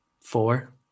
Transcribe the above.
four